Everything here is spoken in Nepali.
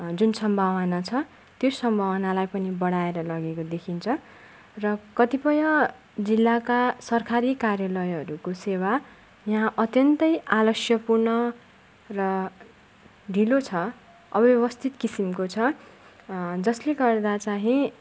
जुन सम्भावना छ त्यो सम्भावनालाई पनि बढाएर लगेको देखिन्छ र कतिपय जिल्लाका सरकारी कार्यालयहरूको सेवा यहाँ अत्यन्तै आलस्यपूर्ण र ढिलो छ अव्यवस्थित किसिमको छ जसले गर्दा चाहिँ